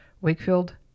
wakefield